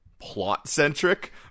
plot-centric